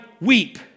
weep